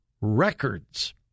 records